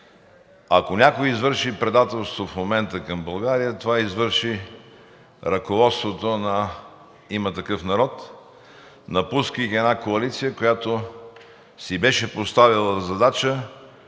ако някой извърши предателство в момента към България, това извърши ръководството на „Има такъв народ“, напускайки една коалиция, която си беше поставила за задача